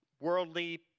worldly